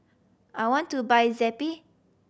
I want to buy Zappy